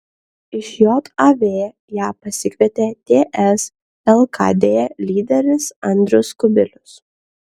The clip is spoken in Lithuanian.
iš jav ją pasikvietė ts lkd lyderis andrius kubilius